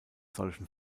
solchen